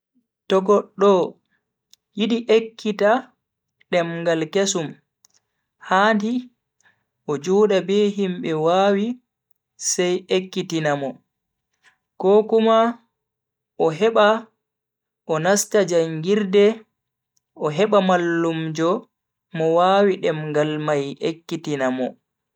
Too goddo yidi ekkita demngal kesum handi o joda be himbe wawi sai ekkitina mo. ko Kuma o heba o nasta jangirde o heba mallumjo Mo wawi demngal mai ekkitina mo.